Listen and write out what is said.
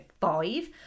five